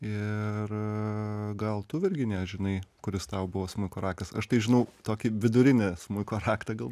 ir gal tu virginija žinai kuris tau buvo smuiko raktas aš tai žinau tokį vidurinį smuiko raktą gal